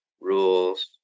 rules